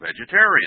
vegetarian